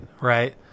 right